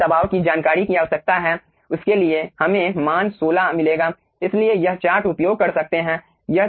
हमें दबाव की जानकारी की आवश्यकता है उसके लिए हमें मान 16 मिलेगा इसलिए यह चार्ट उपयोग कर सकते हैं